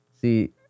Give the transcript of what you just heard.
See